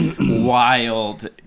wild